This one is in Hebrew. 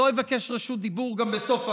לא אבקש רשות דיבור גם בסוף ההצגה.